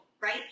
right